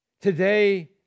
Today